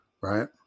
Right